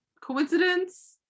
coincidence